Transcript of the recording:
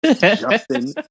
justin